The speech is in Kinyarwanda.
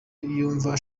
yumvaga